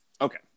Okay